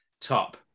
top